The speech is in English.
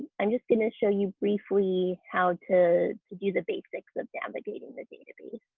i'm just going to show you briefly how to to do the basics of navigating the database.